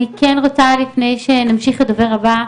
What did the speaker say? אני כן רוצה לפני שנמשיך לדובר הבא,